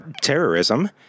terrorism